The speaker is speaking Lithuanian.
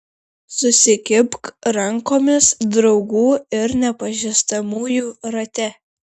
susikibk rankomis draugų ir nepažįstamųjų rate